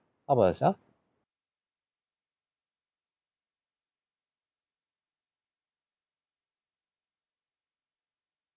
how about yourself